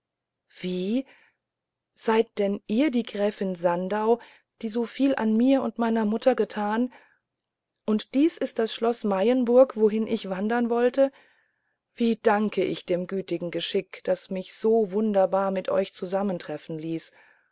wie seid denn ihr die gräfin sandau die so viel an mir und meiner mutter getan und dies ist das schloß mayenburg wohin ich wandern wollte wie danke ich dem gütigen geschick das mich so wunderbar mit euch zusammentreffen ließ